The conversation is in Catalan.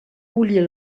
bullir